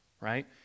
right